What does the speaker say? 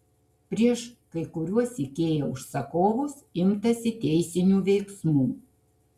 prieš kai kuriuos ikea užsakovus imtasi teisinių veiksmų